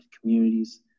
communities